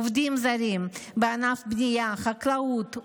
עובדים זרים בענף הבנייה והחקלאות,